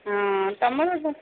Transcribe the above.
ହଁ ତୁମର